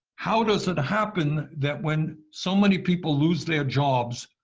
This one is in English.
how does it happen that when so many people lose their jobs,